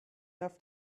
loves